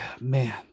Man